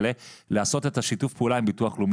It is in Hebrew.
לא,